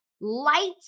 light